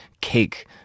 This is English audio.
cake